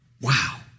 Wow